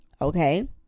Okay